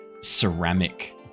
ceramic